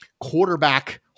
quarterback